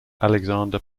alexander